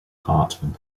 hartmann